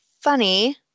funny